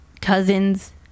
cousins